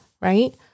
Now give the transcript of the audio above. right